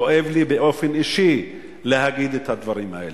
כואב לי באופן אישי להגיד את הדברים האלה.